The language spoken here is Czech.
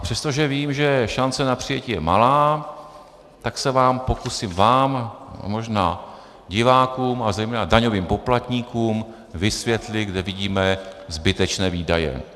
Přestože vím, že šance na přijetí je malá, tak se pokusím vám a možná divákům a zejména daňovým poplatníkům vysvětlit, kde vidíme zbytečné výdaje.